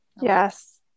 Yes